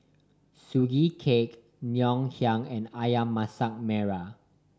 Sugee Cake Ngoh Hiang and Ayam Masak Merah